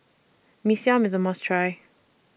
Mee Siam IS A must Try